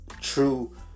true